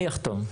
אני אחתום,